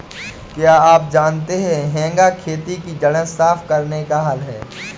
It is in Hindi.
क्या आप जानते है हेंगा खेत की जड़ें साफ़ करने का हल है?